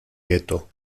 gueto